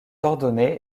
ordonné